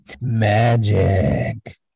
magic